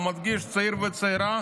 הוא מדגיש: צעיר וצעירה,